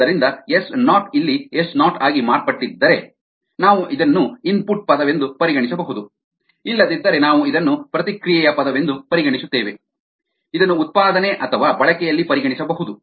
ಆದ್ದರಿಂದ S naught ಇಲ್ಲಿ S naught ಆಗಿ ಮಾರ್ಪಟ್ಟಿದ್ದರೆ ನಾವು ಅದನ್ನು ಇನ್ಪುಟ್ ಪದವೆಂದು ಪರಿಗಣಿಸಬಹುದು ಇಲ್ಲದಿದ್ದರೆ ನಾವು ಇದನ್ನು ಪ್ರತಿಕ್ರಿಯೆಯ ಪದವೆಂದು ಪರಿಗಣಿಸುತ್ತೇವೆ ಇದನ್ನು ಉತ್ಪಾದನೆ ಅಥವಾ ಬಳಕೆಯಲ್ಲಿ ಪರಿಗಣಿಸಬಹುದು